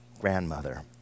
grandmother